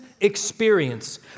experience